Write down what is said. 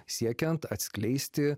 siekiant atskleisti